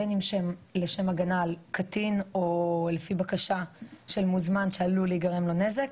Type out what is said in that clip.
בין אם לשם הגנה על קטין או לפי בקשה של מוזמן שעלול להיגרם לו נזק,